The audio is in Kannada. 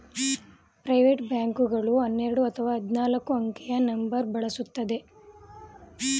ಪ್ರೈವೇಟ್ ಬ್ಯಾಂಕ್ ಗಳು ಹನ್ನೆರಡು ಅಥವಾ ಹದಿನಾಲ್ಕು ಅಂಕೆಯ ನಂಬರ್ ಬಳಸುತ್ತದೆ